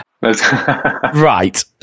Right